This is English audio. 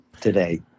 today